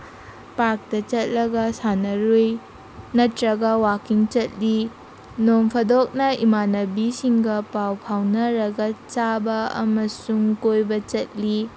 ꯄꯥꯔꯛꯇ ꯆꯠꯂꯒ ꯁꯥꯟꯅꯔꯨꯏ ꯅꯠꯇ꯭ꯔꯒ ꯋꯥꯀꯤꯡ ꯆꯠꯂꯤ ꯅꯣꯡ ꯐꯥꯗꯣꯛꯅ ꯏꯃꯥꯟꯅꯕꯤꯁꯤꯡꯒ ꯄꯥꯎ ꯐꯥꯎꯅꯔꯒ ꯆꯥꯕ ꯑꯃꯁꯨꯡ ꯀꯣꯏꯕ ꯆꯠꯂꯤ